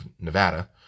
Nevada